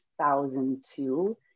2002